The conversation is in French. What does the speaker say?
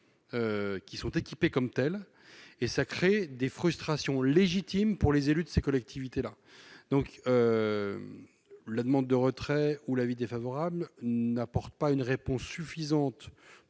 qui sont équipés comme telle et ça crée des frustrations légitimes pour les élus de ces collectivités là donc la demande de retrait où l'avis défavorable n'apporte pas une réponse suffisante pour